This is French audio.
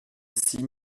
six